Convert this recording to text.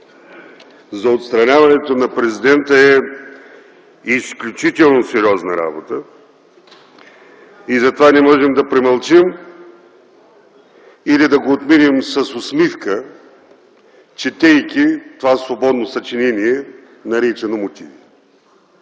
за отстраняването на Президента е изключително сериозна работа. Затова не можем да премълчим или да го отминем с усмивка, четейки това свободно съчинение, наречено мотиви.